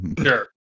sure